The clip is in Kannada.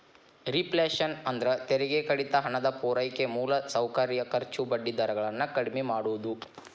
ರೇಫ್ಲ್ಯಾಶನ್ ಅಂದ್ರ ತೆರಿಗೆ ಕಡಿತ ಹಣದ ಪೂರೈಕೆ ಮೂಲಸೌಕರ್ಯ ಖರ್ಚು ಬಡ್ಡಿ ದರ ಗಳನ್ನ ಕಡ್ಮಿ ಮಾಡುದು